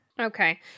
Okay